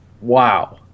wow